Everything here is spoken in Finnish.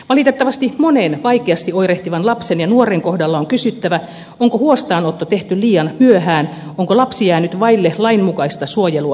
valitettavasti monen vaikeasti oirehtivan lapsen ja nuoren kohdalla on kysyttävä onko huostaanotto tehty liian myöhään onko lapsi jäänyt vaille lainmukaista suojelua ja tukea